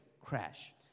crash